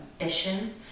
ambition